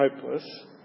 hopeless